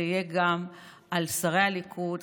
זה יהיה גם על שרי הליכוד,